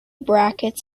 brackets